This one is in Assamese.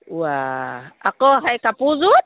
ওৱা আকৌ সেই কাপোৰযোৰত